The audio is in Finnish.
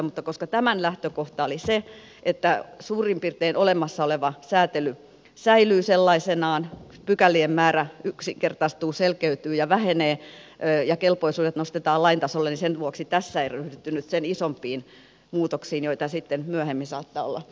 mutta koska tämän lähtökohta oli se että suurin piirtein olemassa oleva säätely säilyy sellaisenaan pykälien määrä yksinkertaistuu selkeytyy ja vähenee ja kelpoisuudet nostetaan lain tasolle niin sen vuoksi tässä ei ryhdytty nyt sen isompiin muutoksiin joita sitten myöhemmin saattaa olla tulossa